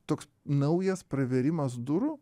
toks naujas pravėrimas durų